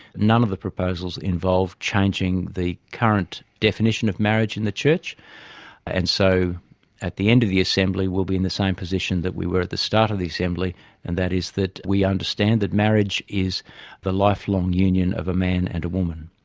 none of the proposals involve changing the current definition of marriage in the church and so at the end of the assembly we'll be in the same position that we were at the start of the assembly and that is that we understand that marriage is the lifelong union of a man and a woman.